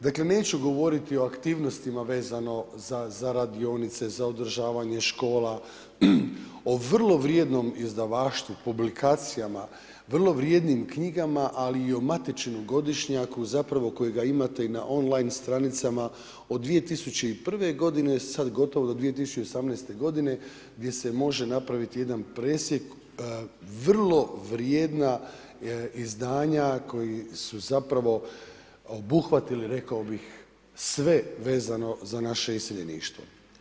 Dakle neću govoriti o aktivnostima vezano za radionice, za održavanje škola, o vrlo vrijednom izdavaštvu, publikacijama, vrlo vrijednim knjigama, ali i o matičnom godišnjaku kojega imate i na on line stranicama od 2001. sada gotovo do 2018. godine gdje se može napraviti jedan presjek vrlo vrijedna izdanja koji su obuhvatili sve vezano za naše iseljeništvo.